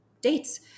dates